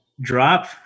drop